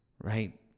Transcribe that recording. right